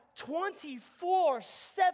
24-7